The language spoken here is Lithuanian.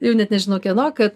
jau net nežinau kieno kad